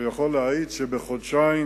הוא יכול להעיד שבחודשיים